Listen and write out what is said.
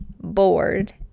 bored